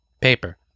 Paper